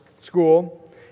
school